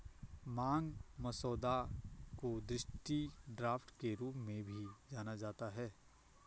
मांग मसौदा को दृष्टि ड्राफ्ट के रूप में भी जाना जाता है